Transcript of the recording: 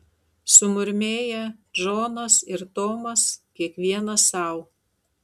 sumurmėję džonas ir tomas kiekvienas sau